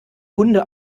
hunde